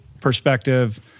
perspective